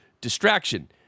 distraction